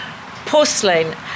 porcelain